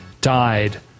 died